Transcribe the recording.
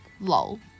lol